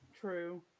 True